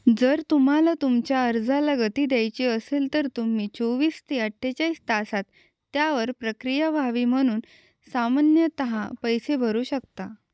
जर तुम्हाला तुमच्या अर्जाला गती द्यायची असेल तर तुम्ही चोवीस ते अठ्ठेचाळीस तासात त्यावर प्रक्रिया व्हावी म्हणून सामान्यतः पैसे भरू शकता